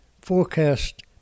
forecast